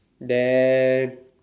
then